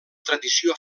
tradició